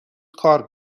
کار